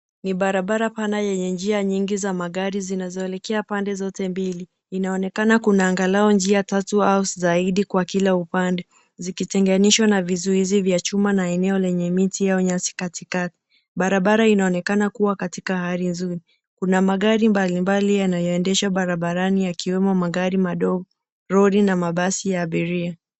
Ni barabara pana yenye njia nyingi za magari zinazoelekea pande zote mbili. Inaonekana kuna angalau njia tatu zaidi kwa kila upande zikitenganishwa na vizuizi vya chuma na eneo lenye miti au nyasi katikati. Barabara inaonekana kuwa katika hali nzuri. Kuna magari mbalimbali yanayoendeshwa barabarani yakiwemo magari madogo, lori na mabasi ya abiria.